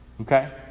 Okay